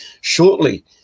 shortly